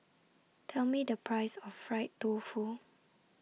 Tell Me The Price of Fried Tofu